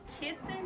kissing